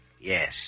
Yes